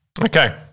Okay